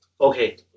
okay